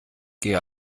geh